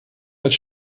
als